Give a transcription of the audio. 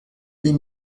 des